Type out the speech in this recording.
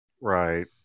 right